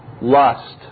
lust